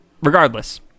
regardless